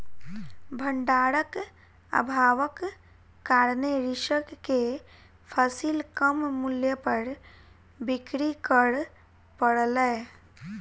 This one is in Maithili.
भण्डारक अभावक कारणेँ कृषक के फसिल कम मूल्य पर बिक्री कर पड़लै